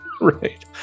Right